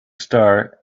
star